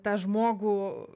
tą žmogų